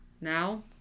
now